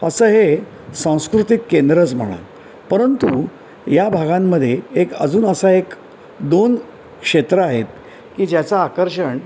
असं हे सांस्कृतिक केंद्रच म्हणा परंतु या भागांमध्ये एक अजून असा एक दोन क्षेत्र आहेत की ज्याचं आकर्षण